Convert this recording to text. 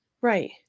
Right